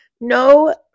no